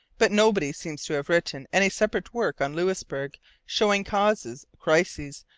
but nobody seems to have written any separate work on louisbourg showing causes, crises,